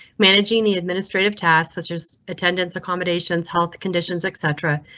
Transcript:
managing the administrative tasks that just attendance, accommodations, health conditions, etc.